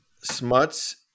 Smuts